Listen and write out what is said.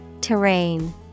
Terrain